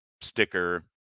sticker